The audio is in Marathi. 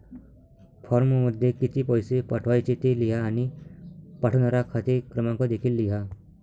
फॉर्ममध्ये किती पैसे पाठवायचे ते लिहा आणि पाठवणारा खाते क्रमांक देखील लिहा